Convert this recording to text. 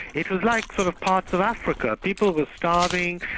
it was like sort of parts of africa, people were starving,